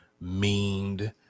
meaned